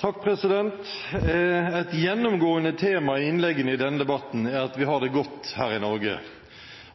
at vi har det godt her i Norge,